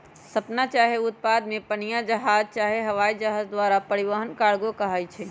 समान चाहे उत्पादों के पनीया जहाज चाहे हवाइ जहाज द्वारा परिवहन कार्गो कहाई छइ